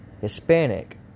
Hispanic